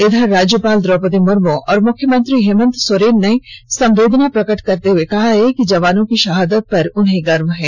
इधर राज्यपाल द्रौपदी मुर्मू और मुख्यमंत्री हेमंत सोरेन ने संवेदना प्रकट करते हुए कहा कि जवानों की शहादत पर उन्हें गर्व है